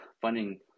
funding